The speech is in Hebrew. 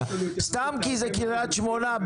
סתם כי זה קרית שמונה,